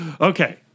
Okay